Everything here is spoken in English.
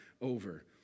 over